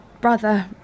brother